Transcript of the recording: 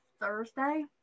thursday